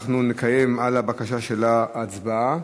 אנחנו נקיים על הבקשה שלה הצבעה,